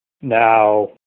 Now